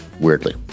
Weirdly